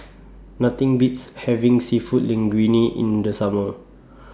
Nothing Beats having Seafood Linguine in The Summer